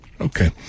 Okay